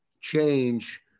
change